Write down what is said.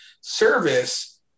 service